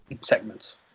segments